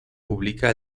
publica